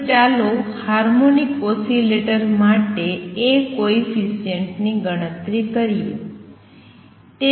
હવે ચાલો harmonic oscillator માટે A કોએફિસિએંટની ગણતરી કરીએ